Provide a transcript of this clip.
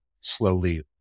slowly